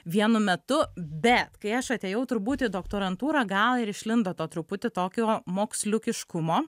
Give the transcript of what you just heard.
vienu metu bet kai aš atėjau turbūt į doktorantūrą gal ir išlindo to truputį tokio moksliukiškumo